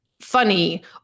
funny